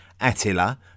Attila